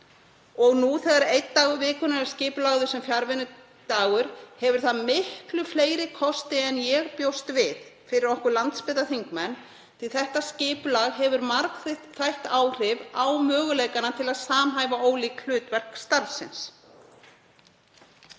og nú þegar einn dagur vikunnar er skipulagður sem fjarvinnudagur hefur það miklu fleiri kosti en ég bjóst við fyrir okkur landsbyggðarþingmenn, því að þetta skipulag hefur margþætt áhrif á möguleikana til að samhæfa ólík hlutverk starfsins.